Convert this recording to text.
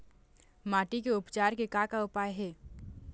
माटी के उपचार के का का उपाय हे?